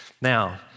Now